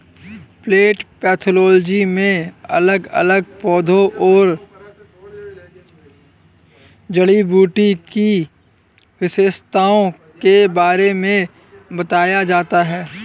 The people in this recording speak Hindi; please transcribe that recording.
प्लांट पैथोलोजी में अलग अलग पौधों और जड़ी बूटी की विशेषताओं के बारे में बताया जाता है